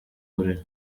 buriri